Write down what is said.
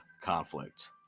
conflict